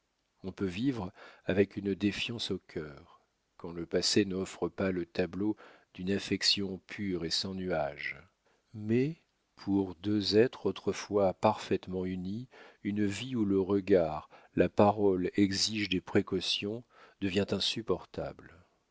on peut vivre avec une défiance au cœur quand le passé n'offre pas le tableau d'une affection pure et sans nuages mais pour deux êtres autrefois parfaitement unis une vie où le regard la parole exigent des précautions devient insupportable